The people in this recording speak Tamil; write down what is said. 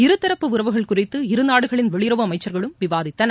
இருதரப்பு உறவுகள் குறித்து இருநாடுகளின் வெளியுறவு அமைச்சர்களும் விவாதித்தனர்